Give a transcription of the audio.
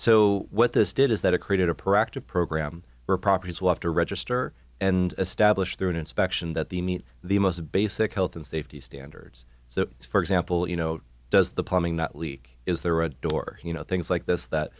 so what this did is that it created a proactive program where properties will have to register and establish their own inspection that the meet the most basic health and safety standards so for example you know does the plumbing not leak is there a door you know things like this that